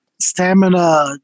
stamina